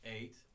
Eight